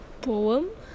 poem